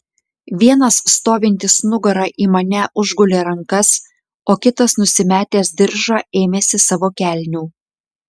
vienas stovintis nugara į mane užgulė rankas o kitas nusimetęs diržą ėmėsi savo kelnių